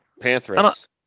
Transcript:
Panthers